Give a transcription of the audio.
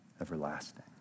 everlasting